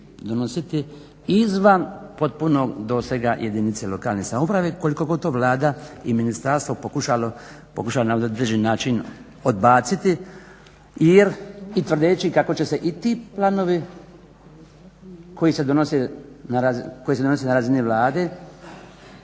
donositi izvan potpunog dosega jedinice lokalne samouprave koliko god to Vlada i Ministarstvo pokuša na određeni način odbaciti i tvrdeći kako će se i ti planovi koji se donose na razini Vlade